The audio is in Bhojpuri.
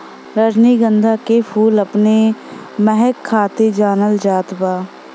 रजनीगंधा के फूल अपने महक खातिर जानल जात बा